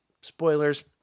spoilers